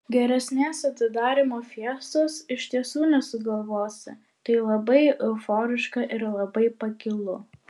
geresnės atidarymo fiestos iš tiesų nesugalvosi tai labai euforiška ir labai pakilu